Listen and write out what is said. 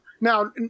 Now